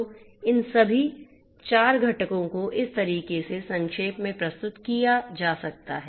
तो इन सभी 4 घटकों को इस तरीके से संक्षेप में प्रस्तुत किया जा सकता है